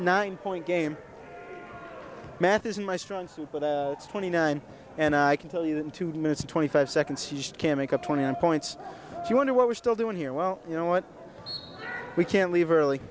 nine point game math isn't my strong suit but it's twenty nine and i can tell you that in two minutes twenty five seconds he just can't make up twenty one points to wonder what we're still doing here well you know what we can leave early